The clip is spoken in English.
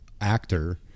actor